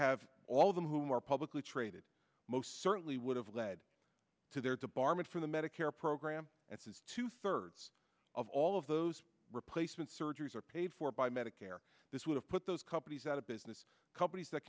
have all of them whom are publicly traded most certainly would have led to their debarment from the medicare program and says two thirds of all of those replacement surgeries are paid for by medicare this would have put those companies out of business companies that